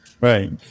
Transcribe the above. Right